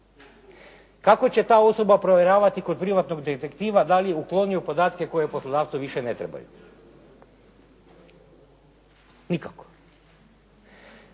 Kako će ta osoba provjeravati kod privatnog detektiva da li je uklonio podatke koji poslodavcu više ne trebaju? Nikako.